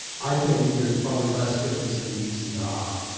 i think there's probably less difference than meets the eye.